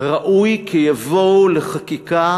יבואו לחקיקה